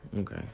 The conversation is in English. okay